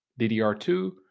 DDR2